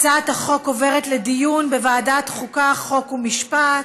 הצעת החוק עוברת לדיון בוועדת חוקה, חוק ומשפט.